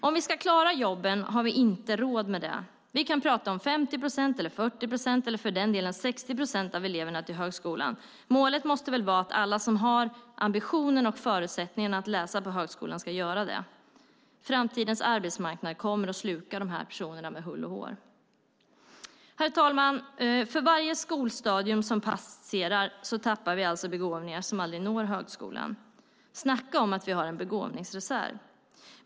Om vi ska klara jobben har vi inte råd med det. Vi kan tala om 50 procent, 40 procent eller för den delen 60 procent av eleverna ska gå till högskolan. Men målet måste väl vara att alla som har ambitionen och förutsättningarna att läsa på högskolan ska göra det. Framtidens arbetsmarknad kommer att sluka dessa personer med hull och hår. Herr talman! För varje skolstadium som passerar tappar vi begåvningar som aldrig når högskolan. Snacka om att vi har en begåvningsreserv.